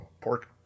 pork